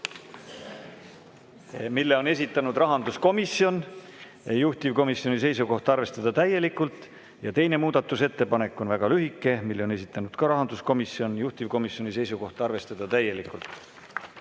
selle on esitanud rahanduskomisjon, juhtivkomisjoni seisukoht on arvestada täielikult. Teine muudatusettepanek on väga lühike, selle on esitanud ka rahanduskomisjon, juhtivkomisjoni seisukoht on arvestada täielikult.